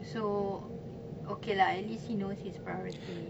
so okay lah at least he knows his priority